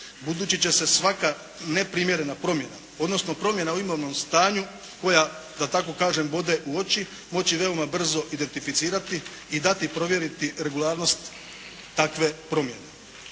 Budući će se svaka neprimjerena promjena, odnosno promjena u imovnom stanju koja, da tako kažem bode u oči, moći veoma brzo identificirati i dati provjeriti regularnost takve promjene.